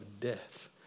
death